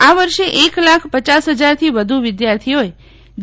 આવર્ષે એક લાખ પચાસ હજારથી વધુ વિદ્યાર્થીઓએ જે